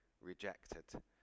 rejected